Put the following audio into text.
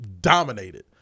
dominated